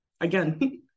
again